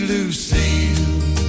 Lucille